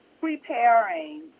preparing